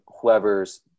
whoever's